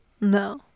No